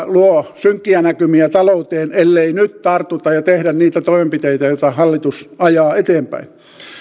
luo synkkiä näkymiä talouteen ellei nyt tartuta ja tehdä niitä toimenpiteitä joita hallitus ajaa eteenpäin